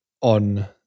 on